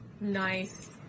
nice